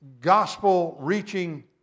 gospel-reaching